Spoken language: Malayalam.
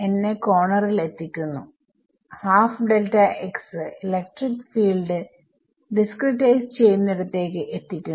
എന്നെ കോർണറിൽ എത്തിക്കുന്നു ഇലക്ട്രിക് ഫീൽഡ് ഡിസ്ക്രിടൈസ് ചെയ്യുന്നിടത്തേക്ക് എത്തിക്കുന്നു